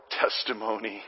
testimony